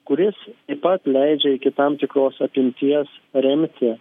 kuris taip pat leidžia iki tam tikros apimties remti